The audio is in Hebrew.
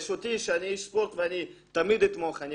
ואני כאיש ספורט תמיד אתמוך ואעזור.